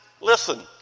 listen